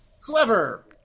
clever